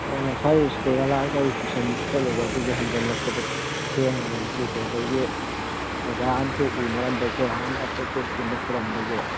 ꯑꯣ ꯉꯁꯥꯏ ꯁ꯭ꯀꯨꯜ ꯍꯜꯂꯀꯑꯒ ꯑꯩ ꯇꯨꯏꯁꯟ ꯆꯠꯂꯨꯕ ꯑꯗꯨꯒꯤ ꯍꯟꯖꯤꯜꯂꯛꯄꯗ ꯊꯦꯡꯉꯕ ꯉꯁꯤꯗꯤ ꯑꯗꯒꯤ ꯑꯣꯖꯥ ꯑꯝꯁꯨ ꯎꯅꯔꯝꯕ ꯑꯩꯈꯣꯏ ꯍꯥꯟꯅ ꯑꯇꯣꯞꯄ ꯁ꯭ꯀꯨꯜꯗ ꯄꯨꯔꯝꯕꯒꯤ